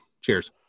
Cheers